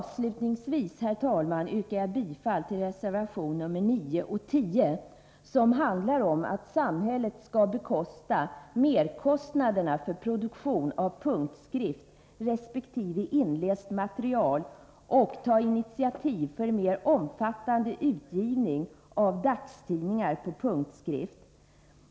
Avslutningsvis yrkar jag bifall till reservation nr 9 och nr 10, som går ut på att samhället skall svara för merkostnaderna för produktion av punktskrift resp. inläst material och ta initiativ för mer omfattande utgivning av dagstidningar på punktskrift.